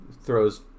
throws